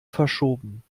verschoben